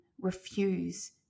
refuse